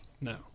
No